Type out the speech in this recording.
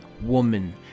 woman